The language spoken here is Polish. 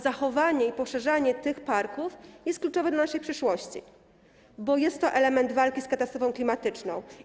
Zachowanie i poszerzanie tych parków jest kluczowe dla naszej przyszłości, bo jest to element walki z katastrofą klimatyczną.